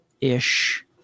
ish